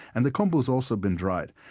and the kombu has also been dried.